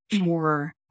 more